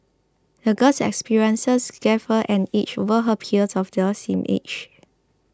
the girl's experiences gave her an edge over her peers of their same age